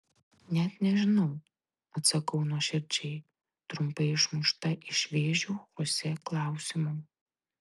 net nežinau atsakau nuoširdžiai trumpai išmušta iš vėžių chosė klausimo